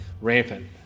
rampant